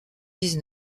dix